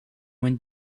when